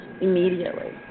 immediately